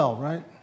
right